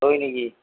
হয় নেকি